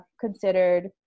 considered